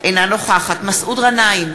אינה נוכחת מסעוד גנאים,